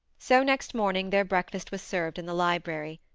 so, next morning, their breakfast was served in the library.